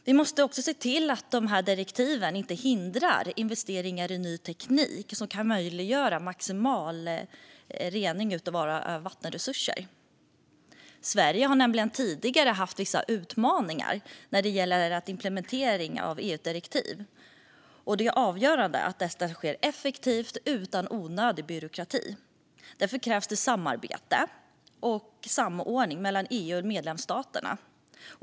Vi måste också se till att direktiven inte hindrar investeringar i ny teknik som kan möjliggöra maximal rening av våra vattenresurser. Sverige har nämligen tidigare haft vissa utmaningar när det gäller implementering av EU-direktiv. Det är avgörande att detta sker effektivt och utan onödig byråkrati. Därför krävs det samarbete och samordning mellan EU och medlemsstaterna.